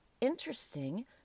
interesting